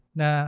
na